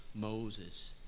Moses